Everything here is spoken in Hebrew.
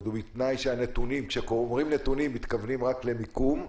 ובתנאי שכשאומרים "נתונים" מתכוונים רק למיקום,